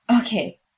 Okay